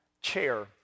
chair